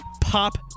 Pop